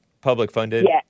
public-funded